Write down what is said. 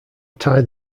tie